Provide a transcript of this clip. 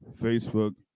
Facebook